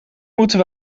moeten